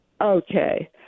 Okay